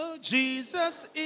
Jesus